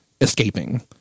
escaping